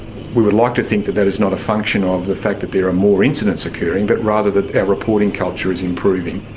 we would like to think that that is not a function of the fact that there are more incidents occurring but rather than our reporting culture is improving.